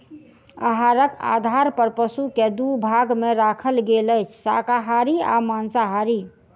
आहारक आधार पर पशु के दू भाग मे राखल गेल अछि, शाकाहारी आ मांसाहारी